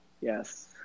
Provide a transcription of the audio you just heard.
Yes